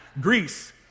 Greece